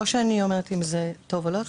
לא שאני אומרת אם זה טוב או לא טוב,